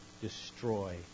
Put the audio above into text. destroy